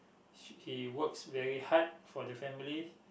he he works very hard for the family